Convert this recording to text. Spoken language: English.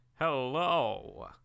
Hello